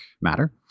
matter